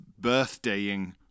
birthdaying